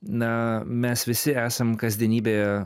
na mes visi esam kasdienybėje